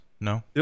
No